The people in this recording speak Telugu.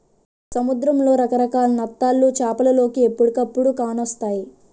సముద్రంలో రకరకాల నత్తలు చేపలోలికి ఎప్పుడుకప్పుడే కానొస్తాయి